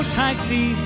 taxi